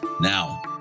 Now